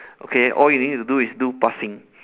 okay all you need to do is do passing